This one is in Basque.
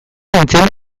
nintzen